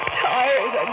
tired